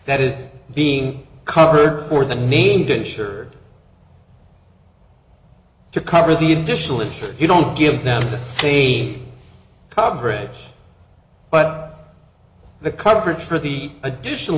that is being covered for the need insured to cover the additional issue if you don't give them the sea coverage but the coverage for the additional